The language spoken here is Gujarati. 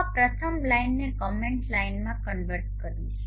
હું આ પ્રથમ લાઈનને કોમેન્ટ લાઈનમાં કન્વર્ટ કરીશ